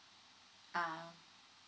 ah